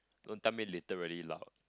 don't tell me literally loud